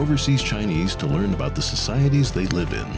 overseas chinese to learn about the societies they live in